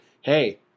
hey